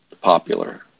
popular